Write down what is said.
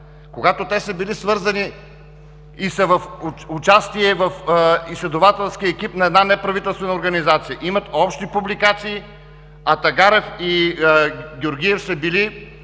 Когато те са били свързани и са в участие в изследователски екип на неправителствена организация, имат общи публикации, а Тагарев и Георгиев са били